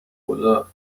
خدا